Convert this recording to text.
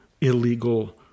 illegal